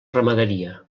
ramaderia